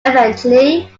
eventually